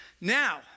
Now